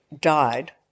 died